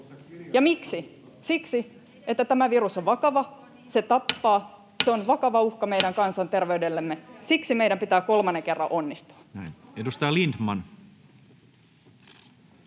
Ja miksi? Siksi, että tämä virus on vakava, se tappaa, se on vakava uhka meidän kansanterveydellemme. Siksi meidän pitää kolmannen kerran onnistua. [Speech 33]